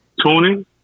Tuning